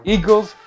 Eagles